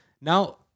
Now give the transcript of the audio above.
Now